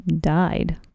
died